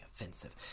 offensive